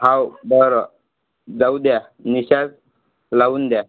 हो बरं जाऊ द्या निशाचं लावून द्या